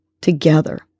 together